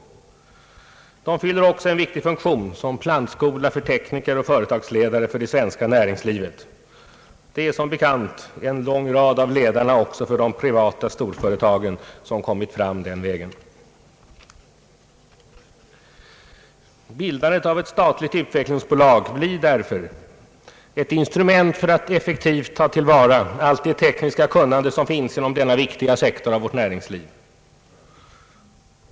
De fyller också en viktig funktion såsom plantskola för tekniker och företagsledare i det svenska näringslivet. En lång rad av ledarna för de privata storföretagen har som bekant kommit fram den vägen. Bildandet av ett statligt utvecklingsbolag blir därför ett instrument för att effektivt: ta till vara allt det tekniska kunnande som finns inom denna viktiga sektor av vårt näringsliv.